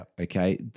okay